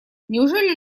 неужели